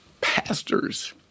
pastors